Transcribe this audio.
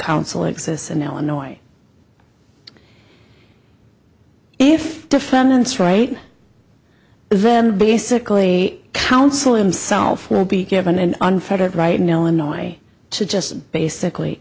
counsel exists in illinois if defendant's right then basically counsel him self will be given an unfettered right now illinois to just basically